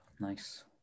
Nice